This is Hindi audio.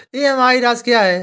ई.एम.आई राशि क्या है?